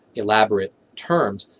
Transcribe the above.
elaborate terms,